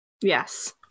Yes